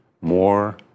more